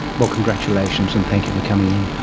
well, congratulations, and thank you for coming in.